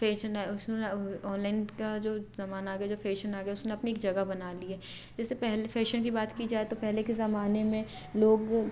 fashion है उसमे ना ऑनलाइन का जो ज़माना आ गया जो फ़ैशन आ गया उसने अपनी एक जगह बना ली है जैसे पहले फ़ैशन की बात की जाए तो पहले के ज़माने में लोग वे